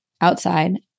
outside